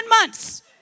months